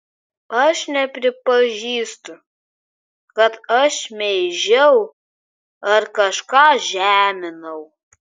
aš nepripažįstu kad aš šmeižiau ar kažką žeminau